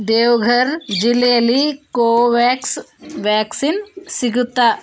ದೇವಘರ್ ಜಿಲ್ಲೆಯಲ್ಲಿ Covax vaccine ಸಿಗುತ್ತಾ